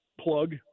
plug